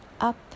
up